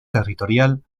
territorial